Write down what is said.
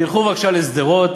תלכו בבקשה לשדרות,